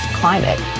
climate